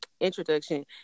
introduction